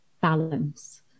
balance